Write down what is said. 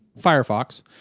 Firefox